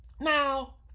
Now